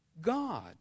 God